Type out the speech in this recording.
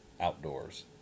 Outdoors